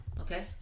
Okay